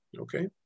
Okay